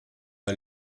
pas